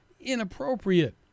inappropriate